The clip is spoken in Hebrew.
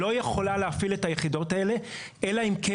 לא יכולה להפעיל את היחידות האלה אלא אם כן